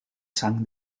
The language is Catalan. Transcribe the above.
sang